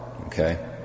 okay